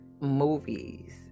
movies